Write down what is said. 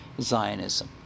Zionism